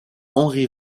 henri